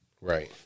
Right